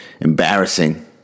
embarrassing